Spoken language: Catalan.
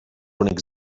únics